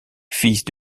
fils